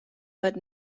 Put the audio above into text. but